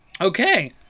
Okay